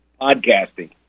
podcasting